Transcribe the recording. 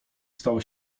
stało